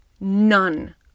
None